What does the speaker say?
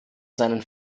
seinen